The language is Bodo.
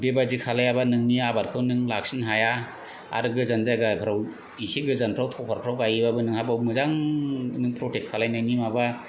बेबायदि खालायाबा नोंनि आबादखौ नों लाखिनो हाया आरो गोजान जायगाफोराव इसे गोजानफ्राव थगारफ्राव गायोबाबो नोंहाबो मोजांनो प्रटेक्ट खालायनायनि माबा